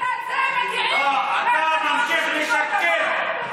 אתה ממשיך לשקר.